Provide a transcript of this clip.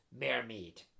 Mermaid